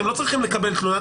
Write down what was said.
אתם לא צריכים לקבל תלונה,